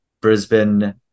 Brisbane